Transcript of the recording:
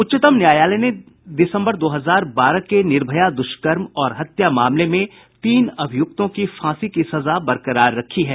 उच्चतम न्यायालय ने दिसंबर दो हजार बारह के निर्भया द्वष्कर्म और हत्या मामले में तीन अभियुक्तों की फांसी की सजा बरकरार रखी है